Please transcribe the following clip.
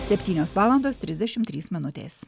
septynios valandos trisdešimt trys minutės